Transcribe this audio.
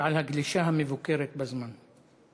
ועל הגלישה המבוקרת בזמן.